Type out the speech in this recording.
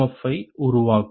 F ஐ உருவாக்கும்